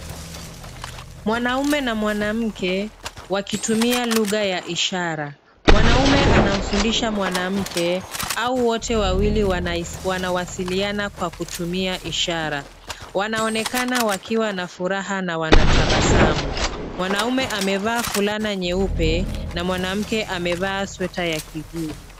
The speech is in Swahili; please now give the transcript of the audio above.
Mwanaume na mwanamke wakitumia lugha ya ishara. Mwaume anamfundisha mwanamke au wote wawili wanawasiliana kwa kutumia ishara. Wanaonekana wakiwa na furaha na wanatabasamu. Mwanaume amevaa fulana nyeupe na mwanamke amevaa sweta ya kijivu.